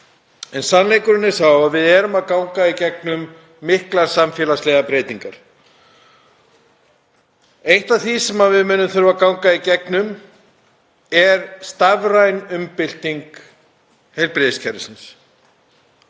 En sannleikurinn er sá að við erum að ganga í gegnum miklar samfélagslegar breytingar. Eitt af því sem við munum þurfa að ganga í gegnum er stafræn umbylting heilbrigðiskerfisins